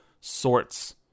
sorts